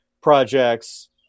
projects